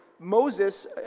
Moses